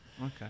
Okay